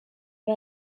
ari